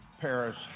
Paris